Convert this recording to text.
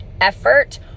effort